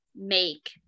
make